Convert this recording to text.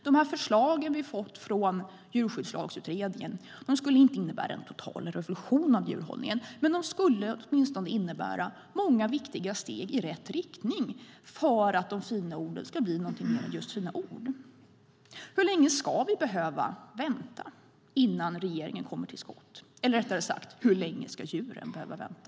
De förslag som vi har fått från Djurskyddslagsutredningen skulle inte innebära någon total revolution av djurhållningen. Men de skulle åtminstone innebära många viktiga steg i rätt riktning för att de fina orden ska bli något mer än just fina ord. Hur länge ska vi behöva vänta innan regeringen kommer till skott? Eller rättare sagt: Hur länge ska djuren behöva vänta?